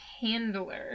handler